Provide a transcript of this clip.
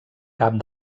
cap